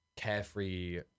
carefree